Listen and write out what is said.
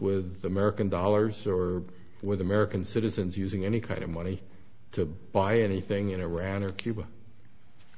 with the american dollars or with american citizens using any kind of money to buy anything in iran or cuba